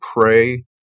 pray